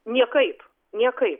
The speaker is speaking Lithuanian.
niekaip niekaip